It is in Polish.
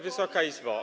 Wysoka Izbo!